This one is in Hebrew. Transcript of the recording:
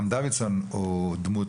גם חבר הכנסת דוידסון הוא דמות,